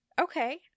Okay